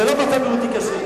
זה לא מצב בריאותי קשה.